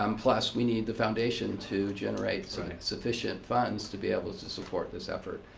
um plus we need the foundation to generate some sufficient funds to be able to support this effort.